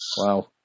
Wow